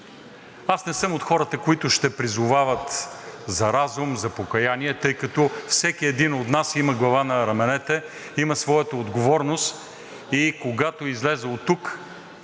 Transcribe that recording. Не съм от хората, които ще призовават за разум, за покаяние, тъй като всеки един от нас има глава на раменете, има своята отговорност, когато излезе оттук.